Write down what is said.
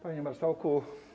Panie Marszałku!